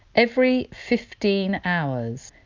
every fifteen hours,